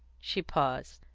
she paused.